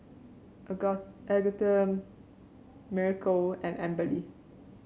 Aga Agatha Miracle and Amberly